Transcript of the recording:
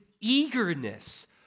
eagerness